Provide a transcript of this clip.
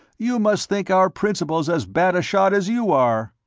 you must think our principal's as bad a shot as you are!